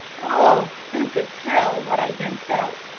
oh! who could tell what i then felt,